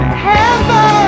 heaven